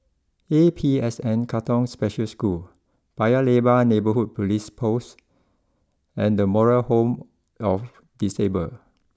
A P S N Katong special School Paya Lebar Neighbourhood police post and the Moral Home of Disabled